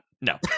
No